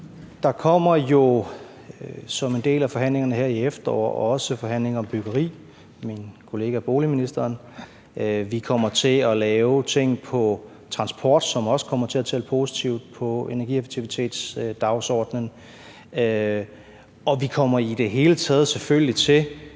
Det kommer jo som en del af forhandlingerne her i efteråret og også i forhandlingerne om byggeri på min kollega boligministerens område. Vi kommer til at lave ting på transport, som også kommer til at tælle positivt på energieffektivitetsdagsordenen. Og vi kommer selvfølgelig i